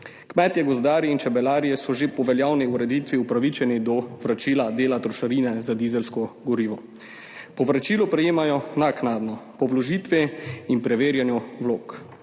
Kmetje, gozdarji in čebelarji so že po veljavni ureditvi upravičeni do vračila dela trošarine za dizelsko gorivo. Povračilo prejemajo naknadno, po vložitvi in preverjanju vlog.